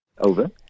Over